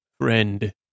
friend